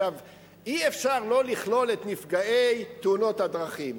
אי-אפשר לא לכלול את נפגעי תאונות הדרכים.